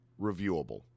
reviewable